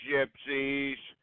Gypsies